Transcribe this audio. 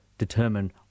determine